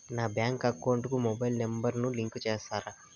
నా bank account కు mobile number ను లింకు చేస్తారా?